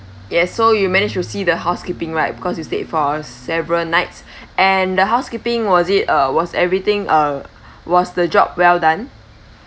yes so you managed to see the housekeeping right because you stayed for several nights and the housekeeping was it uh was everything uh was the job well done